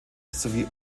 sowie